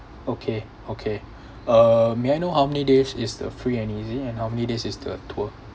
okay okay uh may I know how many days is the free and easy and how many days is the tour